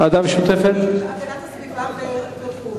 לוועדה משותפת של הגנת הסביבה והבריאות.